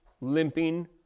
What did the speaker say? limping